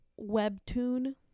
Webtoon